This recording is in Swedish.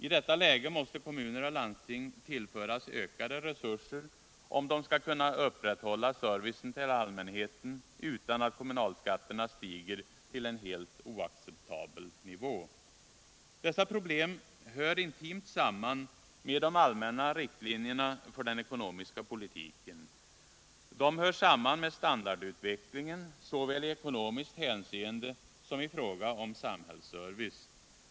I detta läge måste kommuner och landsting tillföras ökade resurser, om de skall kunna upprätthålla servicen till allmänheten utan att kommunalskatterna stiger till en helt oacceptabel nivå. Dessa problem hör intimt samman med de allmänna riktlinjerna för den ekonomiska politiken. De hör samman med standardutvecklingen såväl i ekonomiskt hänseende som i fråga om samhällsservice.